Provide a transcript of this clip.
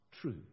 true